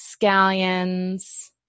scallions